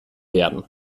werden